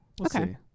Okay